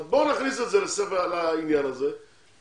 אז בואו נכניס את זה לעניין הזה והיישום